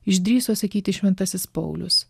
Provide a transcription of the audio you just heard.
išdrįso sakyti šventasis paulius